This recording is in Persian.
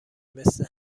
مثل